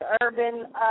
Urban